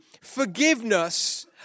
forgiveness